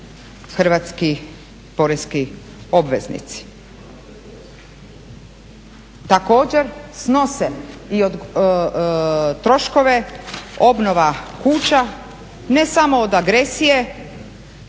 hrvatski poreski obveznici. Također snose troškove obnova kuća ne samo od agresije